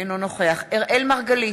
אינו נוכח אראל מרגלית,